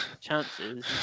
chances